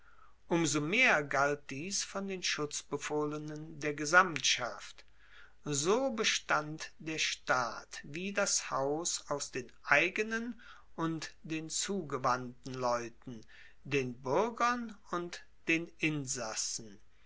so mehr galt dies von den schutzbefohlenen der gesamtschaft so bestand der staat wie das haus aus den eigenen und den zugewandten leuten den buergern und den insassen